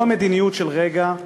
לא מדיניות של רגע,